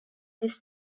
this